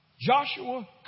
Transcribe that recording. Joshua